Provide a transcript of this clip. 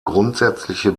grundsätzliche